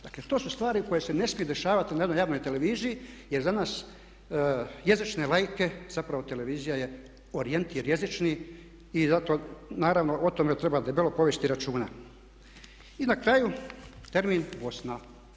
Dakle, to su stvari koje se ne smiju dešavati na jednoj javnoj televiziji jer za nas jezične laike zapravo televizija je orijentir jezični i zato naravno o tome treba debelo povesti računa I na kraju termin Bosna.